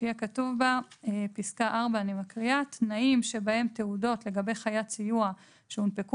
שיהיה כתוב בפסקה (4): תנאים שבהם תעודות לגבי חיית סיוע שהונפקו